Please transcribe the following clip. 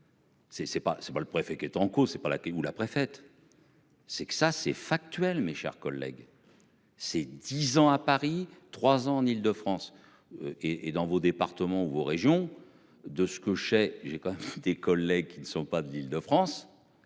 c'est pas le préfet qui est en cause c'est pas la clé où la préfète. C'est que ça c'est factuel. Mes chers collègues. C'est 10 ans à Paris, 3 en Île-de-France. Et et dans vos départements vos régions de ce que j'ai j'ai quand même des collègues qui ne sont pas d'Île-de-France.